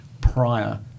prior